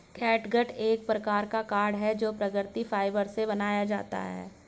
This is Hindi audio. कैटगट एक प्रकार का कॉर्ड है जो प्राकृतिक फाइबर से बनाया जाता है